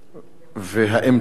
התוכנית והאם תוארך?